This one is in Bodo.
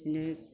बिदिनो